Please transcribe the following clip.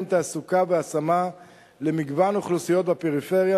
תעסוקה והשמה למגוון אוכלוסיות בפריפריה,